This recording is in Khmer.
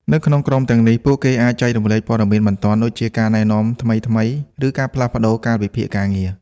នៅក្នុងក្រុមទាំងនេះ ពួកគេអាច ចែករំលែក ព័ត៌មានបន្ទាន់ ដូចជាការណែនាំថ្មីៗ ឬការផ្លាស់ប្ដូរកាលវិភាគការងារ។